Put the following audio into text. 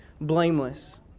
blameless